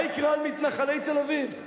מה יקרה על מתנחלי תל-אביב?